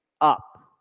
up